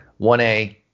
1A